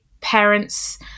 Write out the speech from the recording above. parents